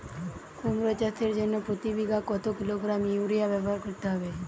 কুমড়ো চাষের জন্য প্রতি বিঘা কত কিলোগ্রাম ইউরিয়া ব্যবহার করতে হবে?